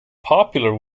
popular